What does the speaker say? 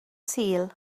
sul